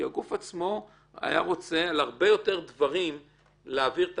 כי הגוף עצמו היה רוצה בהרבה יותר דברים להעביר את